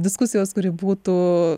diskusijos kuri būtų